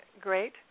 great